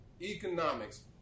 economics